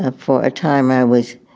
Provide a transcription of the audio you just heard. ah for a time i was